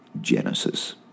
Genesis